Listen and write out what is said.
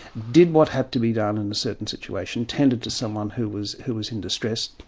did what had to be done, in a certain situation, tended to someone who was who was in distress,